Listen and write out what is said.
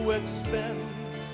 expense